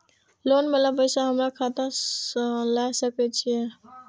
Loan वाला पैसा हमरा खाता से लाय सके छीये?